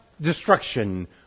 destruction